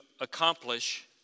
accomplish